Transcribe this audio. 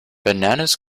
bananas